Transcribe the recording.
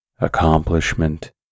accomplishment